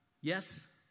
Yes